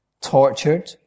tortured